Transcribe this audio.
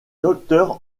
docteur